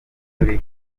turi